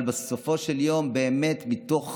אבל בסופו של יום, מתוך